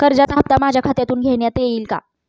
कर्जाचा हप्ता माझ्या खात्यातून घेण्यात येईल का?